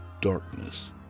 Darkness